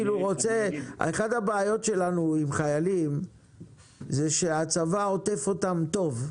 אחת הבעיות שלנו עם חיילים זה שהצבא עוטף אותם טוב.